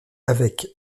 avec